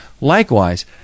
Likewise